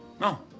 No